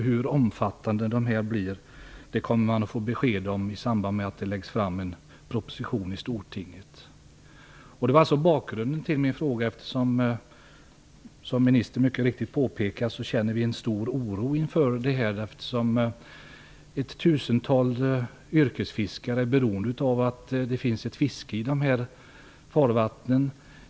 Hur omfattande de blir kommer man att få besked om i samband med att en proposition läggs fram i Detta var alltså bakgrunden till min fråga. Som ministern mycket riktigt påpekar känner vi en mycket stor oro, eftersom ett tusental yrkesfiskare är beroende av att det finns ett fiske i de här farvattnen.